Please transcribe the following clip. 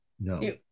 No